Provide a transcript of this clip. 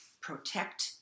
Protect